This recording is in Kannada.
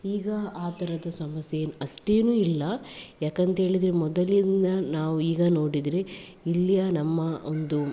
ಈಗ ಆ ಥರದ ಸಮಸ್ಯೇನು ಅಷ್ಟೇನು ಇಲ್ಲ ಯಾಕಂತ ಹೇಳಿದರೆ ಮೊದಲಿಂದ ನಾವು ಈಗ ನೋಡಿದರೆ ಇಲ್ಲಿಯ ನಮ್ಮ ಒಂದು